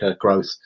growth